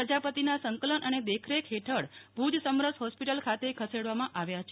પ્રજાપતિના સંકલન અને દેખરેખ હેઠળ ભુજ સમરસ હોસ્પિટલ ખાતે ખસે વામાં આવ્યા છે